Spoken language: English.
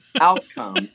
outcome